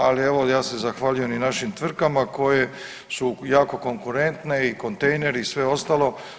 Ali evo ja se zahvaljujem i našim tvrtkama koje su jako konkurentne i kontejner i sve ostalo.